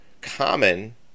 common